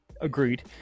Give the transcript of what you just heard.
Agreed